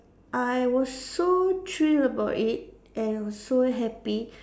I was so thrilled about it and was so happy